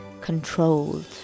controlled